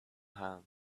hand